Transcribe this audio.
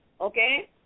okay